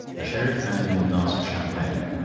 the sheriff handed me a glass of champagne.